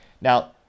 Now